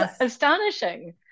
astonishing